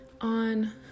On